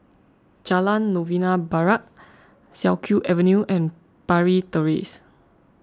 Jalan Novena Barat Siak Kew Avenue and Parry Terrace